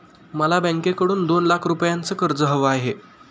मला बँकेकडून दोन लाख रुपयांचं कर्ज हवं आहे